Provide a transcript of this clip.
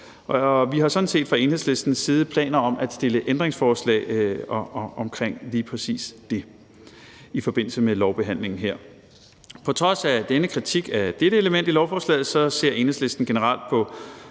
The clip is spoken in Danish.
Vi har sådan set fra Enhedslistens side planer om at stille ændringsforslag omkring lige præcis det i forbindelse med lovbehandlingen her. På trods af denne kritik af dette element i lovforslaget ser Enhedslisten generelt